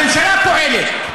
הממשלה פועלת,